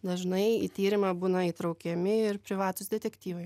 dažnai į tyrimą būna įtraukiami ir privatūs detektyvai